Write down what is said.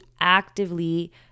actively